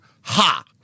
ha